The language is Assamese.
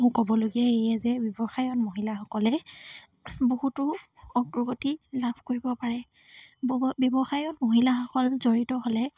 মোৰ ক'বলগীয়া এইয়ে যে ব্যৱসায়ত মহিলাসকলে বহুতো অগ্ৰগতি লাভ কৰিব পাৰে বব ব্যৱসায়ত মহিলাসকল জড়িত হ'লে